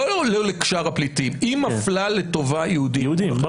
היא מפלה לטובה יהודים.